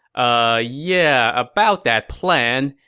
ah, yeah about that plan.